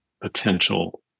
potential